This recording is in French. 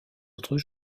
autres